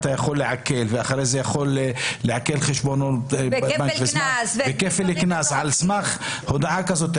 יכול לעקל חשבונות ובנק וכפל קנס על סמך הודעה כזאת,